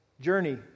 journey